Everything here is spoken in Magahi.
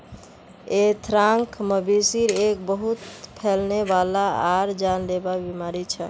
ऐंथ्राक्, मवेशिर एक बहुत फैलने वाला आर जानलेवा बीमारी छ